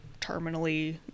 terminally